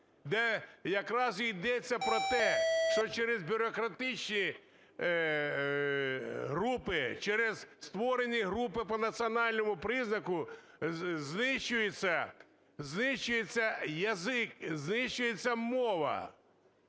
де якраз йдеться про те, що через бюрократичні групи, через створені групи по національному признаку знищується язик… знищується мова.